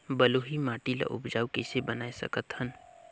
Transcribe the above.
बलुही माटी ल उपजाऊ कइसे बनाय सकत हन?